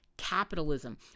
capitalism